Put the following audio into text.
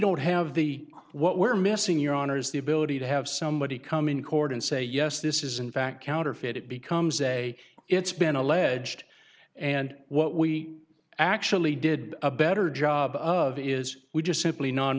don't have the what we're missing your honor is the ability to have somebody come in court and say yes this is in fact counterfeit it becomes a it's been alleged and what we actually did a better job of is we just simply non